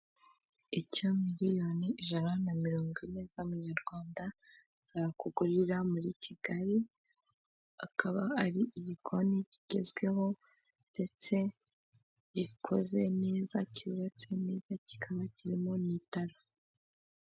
Icyo miliyoni ijana na mirongo ine z'amanyarwanda zakugurira muri Kigali akaba ari igikoni kigezweho ndetse gikoze neza cyubatse neza kikaba kirimo n'itara.